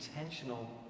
intentional